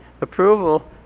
approval